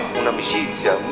un'amicizia